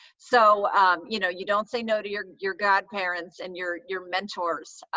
so you know you don't say no to your your godparents and your your mentors,